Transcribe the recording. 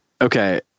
okay